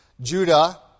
Judah